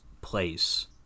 place